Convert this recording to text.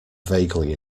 vaguely